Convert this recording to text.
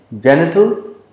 genital